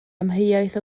amheuaeth